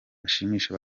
bashimisha